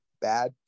bad